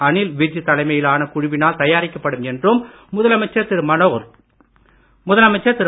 அனில் விஜ் தலைமையிலான குழுவினால் தயாரிக்கப்படும் என்றும் முதலமைச்சர் திரு